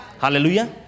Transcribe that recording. Hallelujah